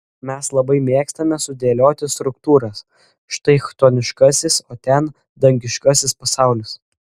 mes labai mėgstame sudėlioti struktūras štai chtoniškasis o ten dangiškasis pasaulis